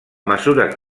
mesura